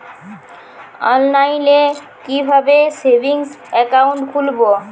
অনলাইনে কিভাবে savings account খুলবো?